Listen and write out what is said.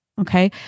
Okay